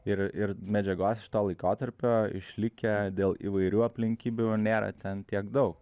ir ir medžiagos iš to laikotarpio išlikę dėl įvairių aplinkybių nėra ten tiek daug